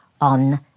on